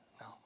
no